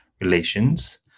Relations